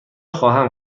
خواهم